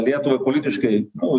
lietuvai politiškai nu